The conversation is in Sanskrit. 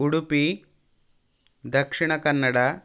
उडुपि दक्षिणकन्नड